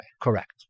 Correct